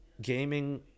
gaming